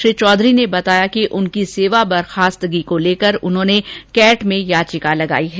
श्री चौधरी ने बताया कि उनकी सेवा बर्खास्तगी को लेकर उन्होंने कैट में याचिका लगायी है